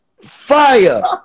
Fire